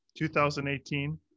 2018